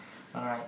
alright